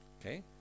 Okay